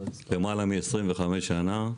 למעלה מ-25 שנה,